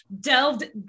delved